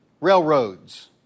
railroads